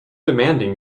demanding